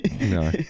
No